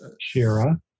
Shira